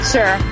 Sure